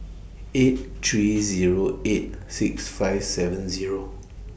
eight three Zero eight six five seven Zero